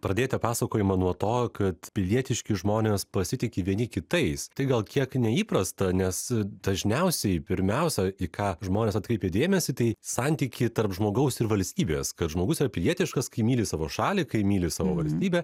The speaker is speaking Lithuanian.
pradėjote pasakojimą nuo to kad pilietiški žmonės pasitiki vieni kitais tai gal kiek neįprasta nes dažniausiai pirmiausia į ką žmonės atkreipia dėmesį tai santykiai tarp žmogaus ir valstybės kad žmogus yra pilietiškas kai myli savo šalį kai myli savo valstybę